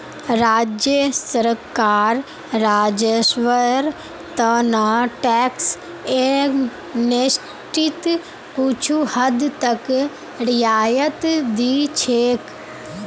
राज्य सरकार राजस्वेर त न टैक्स एमनेस्टीत कुछू हद तक रियायत दी छेक